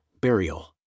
Burial